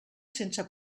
sense